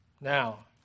Now